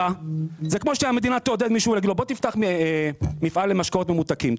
זה כמו שהמדינה תעודד מישהו ותאמר לו בוא תפתח מפעל למשקאות ממותקים,